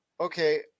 okay